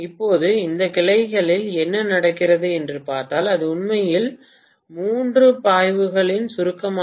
இப்போது இந்த கிளையில் என்ன நடக்கிறது என்று பார்த்தால் அது உண்மையில் மூன்று பாய்வுகளின் சுருக்கமாக இருக்கும்